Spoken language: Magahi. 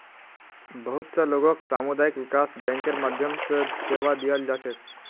बहुत स लोगक सामुदायिक विकास बैंकेर माध्यम स सेवा दीयाल जा छेक